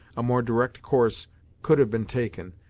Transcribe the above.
a more direct course could have been taken,